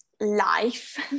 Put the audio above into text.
life